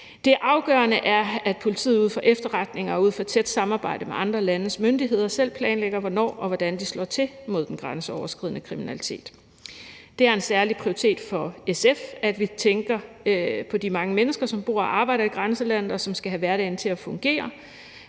Det afgørende er, at politiet ud fra efterretninger og ud fra et tæt samarbejde med andre landes myndigheder selv planlægger, hvornår og hvordan de slår til mod den grænseoverskridende kriminalitet. Det er en særlig prioritet for SF, at vi tænker på de mange mennesker, som bor og arbejder i grænselandet, og som skal have hverdagen til at fungere,